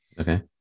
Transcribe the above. Okay